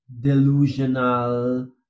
delusional